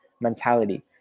mentality